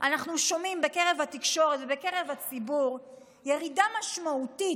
אנחנו שומעים בקרב התקשורת ובקרב הציבור ירידה משמעותית